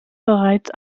bereits